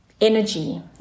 energy